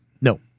no